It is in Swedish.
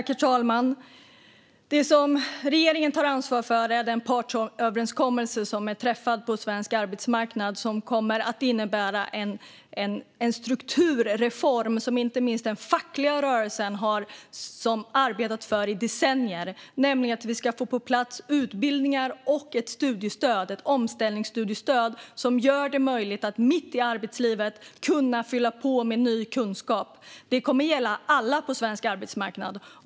Herr talman! Det som regeringen tar ansvar för är den partsöverenskommelse som är träffad på svensk arbetsmarknad. Den kommer att innebära en strukturreform som inte minst den fackliga rörelsen har arbetat för i decennier, nämligen att vi ska få på plats utbildningar och ett omställningsstudiestöd som gör det möjligt att mitt i arbetslivet fylla på med ny kunskap. Detta kommer att gälla alla på svensk arbetsmarknad.